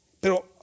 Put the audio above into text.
Pero